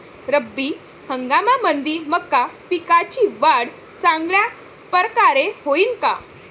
रब्बी हंगामामंदी मका पिकाची वाढ चांगल्या परकारे होईन का?